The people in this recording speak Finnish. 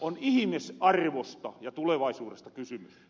on ihimisarvosta ja tulevaisuudesta kysymys